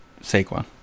Saquon